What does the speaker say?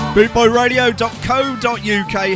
Bootboyradio.co.uk